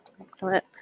Excellent